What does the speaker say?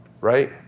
right